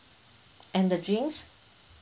and the drinks